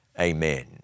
amen